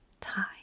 time